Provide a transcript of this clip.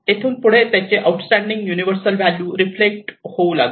येथून पुढे त्याचे आउटस्टॅंडिंग युनिव्हर्सल व्हॅल्यू रिफ्लेक्ट होऊ लागली